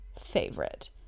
favorite